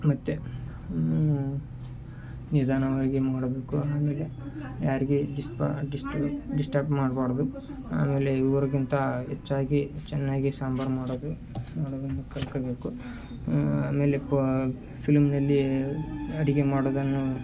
ಮತ್ತು ನಿಧಾನವಾಗಿ ಮಾಡಬೇಕು ಆಮೇಲೆ ಯಾರಿಗೆ ಡಿಸ್ ಡಿಸ್ಟ್ ಡಿಸ್ಟರ್ಬ್ ಮಾಡಬಾರ್ದು ಆಮೇಲೆ ಇವ್ರಿಗಿಂತ ಹೆಚ್ಚಾಗಿ ಚೆನ್ನಾಗಿ ಸಾಂಬಾರು ಮಾಡೋದು ನನಗೆ ಕಲ್ತ್ಕಬೇಕು ಆಮೇಲೆ ಫಿಲ್ಮ್ನಲ್ಲಿ ಅಡುಗೆ ಮಾಡೋದನ್ನು